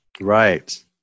right